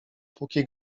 póki